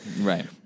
Right